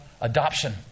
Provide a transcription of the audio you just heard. adoption